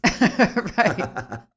Right